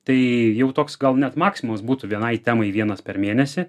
tai jau toks gal net maximos būtų vienai temai vienas per mėnesį